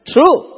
True